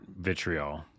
vitriol